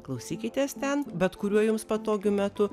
klausykitės ten bet kuriuo jums patogiu metu